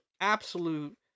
absolute